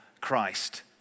Christ